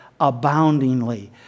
aboundingly